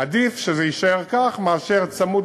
עדיף שזה יישאר כך מאשר שיהיה צמוד